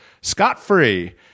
scot-free